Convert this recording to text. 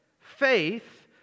faith